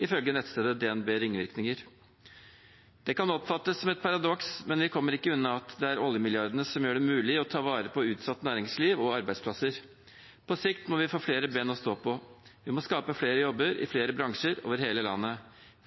ifølge nettstedet DNB Ringvirkninger. Det kan oppfattes som et paradoks, men vi kommer ikke unna at det er oljemilliardene som gjør det mulig å ta vare på utsatt næringsliv og arbeidsplasser. På sikt må vi få flere ben å stå på. Vi må skape flere jobber i flere bransjer over hele landet.